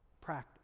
practice